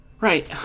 Right